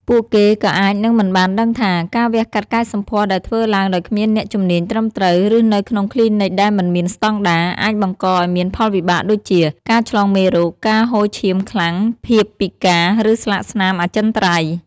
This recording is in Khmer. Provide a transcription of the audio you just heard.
ពួកគេក៏អាចនឹងមិនបានដឹងថា ការវះកាត់កែសម្ផស្សដែលធ្វើឡើងដោយគ្មានអ្នកជំនាញត្រឹមត្រូវ ឬនៅក្នុងគ្លីនិកដែលមិនមានស្តង់ដារ អាចបង្កឱ្យមានផលវិបាកដូចជា ការឆ្លងមេរោគ ការហូរឈាមខ្លាំង ភាពពិការ ឬស្លាកស្នាមអចិន្ត្រៃយ៍។